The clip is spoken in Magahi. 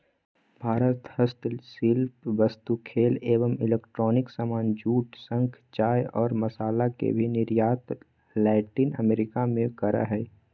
भारत हस्तशिल्प वस्तु, खेल एवं इलेक्ट्रॉनिक सामान, जूट, शंख, चाय और मसाला के भी निर्यात लैटिन अमेरिका मे करअ हय